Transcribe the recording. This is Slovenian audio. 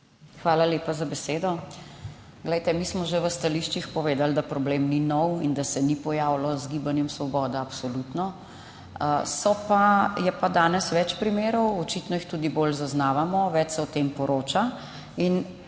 Hvala lepa za besedo. Glejte, mi smo že v stališčih povedali, da problem ni nov in da se ni pojavil z Gibanjem Svoboda, absolutno. Je pa danes več primerov, očitno jih tudi bolj zaznavamo, več se o tem poroča